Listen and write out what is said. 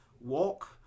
walk